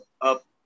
up